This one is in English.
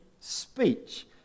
speech